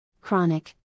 chronic